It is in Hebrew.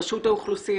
רשות האוכלוסין,